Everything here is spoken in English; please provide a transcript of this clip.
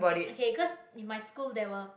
okay 'cause in my school there were